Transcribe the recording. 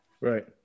Right